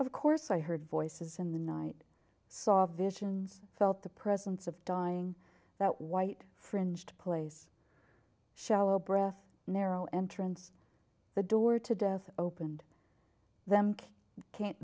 of course i heard voices in the night saw visions felt the presence of dying that white fringed place shallow breath narrow entrance the door to death opened them can't